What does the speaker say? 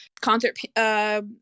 concert